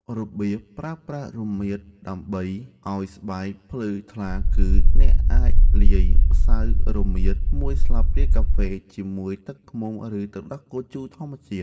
របៀបប្រើប្រាស់រមៀតដើម្បីឲ្យស្បែកភ្លឺថ្លាគឺ អ្នកអាចលាយម្សៅរមៀតមួយស្លាបព្រាកាហ្វេជាមួយទឹកឃ្មុំ ឬទឹកដោះគោជូរធម្មជាតិ។